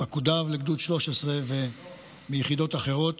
פקודיו לגדוד 13 ומיחידות אחרות,